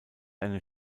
eine